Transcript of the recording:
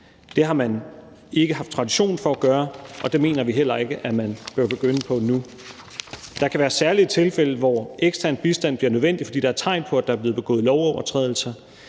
Det har man ikke haft tradition for at gøre, og det mener vi heller ikke at man bør begynde på nu. Der kan være særlige tilfælde, hvor ekstern bistand bliver nødvendig, fordi der er tegn på, at der er blevet begået lovovertrædelser,